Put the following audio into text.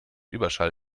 überschall